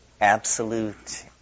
absolute